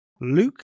Luke